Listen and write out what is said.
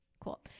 cool